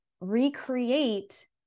recreate